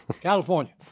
California